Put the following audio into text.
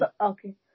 okay